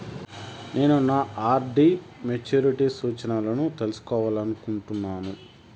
నేను నా RD maturity సూచనలను తెలుసుకోవాలనుకుంటున్నాను